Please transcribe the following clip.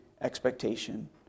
expectation